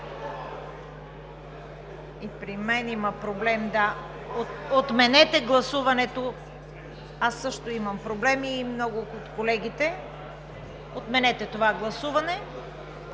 И при мен има проблем. Отменете гласуването, аз също имам проблем, както и много от колегите. Отменете това гласуване.